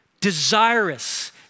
desirous